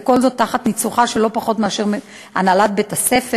וכל זאת תחת ניצוחה של לא פחות מאשר הנהלת בית-הספר,